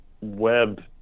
web